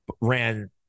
ran